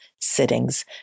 sittings